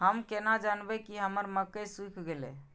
हम केना जानबे की हमर मक्के सुख गले?